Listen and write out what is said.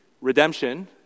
redemption